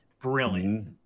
brilliant